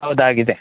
ಹೌದ್ ಆಗಿದೆ